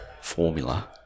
formula